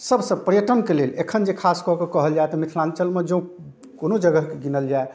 सबसँ पर्यटनके लेल एखन जे खासकऽ कऽ कहल जाए तऽ मिथिलाञ्चलमे जँ कोनो जगहके गिनल जाए